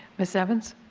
ms. evans.